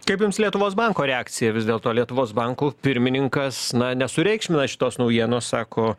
kaip jums lietuvos banko reakcija vis dėlto lietuvos bankų pirmininkas na nesureikšmina šitos naujienos sako